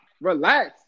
Relax